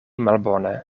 malbone